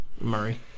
Murray